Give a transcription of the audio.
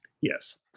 yes